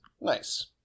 Nice